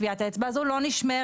טביעת האצבע הזו לא נשמרת,